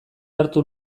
hartu